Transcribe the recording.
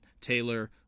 Taylor